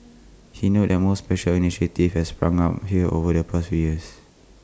he notes there're more social initiatives have sprung up here over the past few years